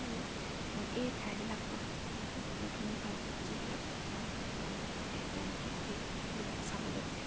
আৰু এই ঠাইবিলাকৰ বহুত দূৰ দূৰণি পৰা যিবিলাক মানুহ আহে তেওঁলোকে এইবিলাক চাবলৈ